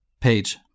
Page